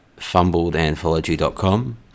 fumbledanthology.com